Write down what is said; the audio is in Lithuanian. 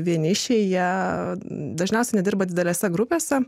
vienišiai jie dažniausiai nedirba didelėse grupėse